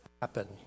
happen